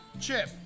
Chip